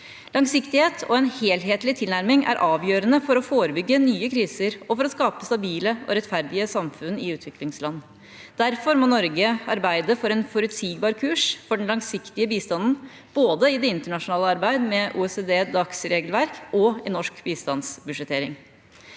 Langsiktighet og en helhetlig tilnærming er avgjørende for å forebygge nye kriser og for å skape stabile og rettferdige samfunn i utviklingsland. Derfor må Norge arbeide for en forutsigbar kurs for den langsiktige bistanden, både i det internasjonale arbeid med OECD/DACs regelverk og i norsk bistandsbudsjettering.